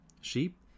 sheep